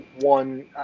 one